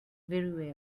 very